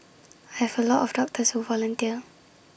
I have A lot of doctors who volunteer